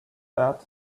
that